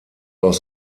aus